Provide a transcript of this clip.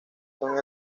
son